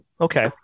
okay